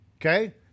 Okay